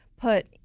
Put